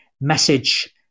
message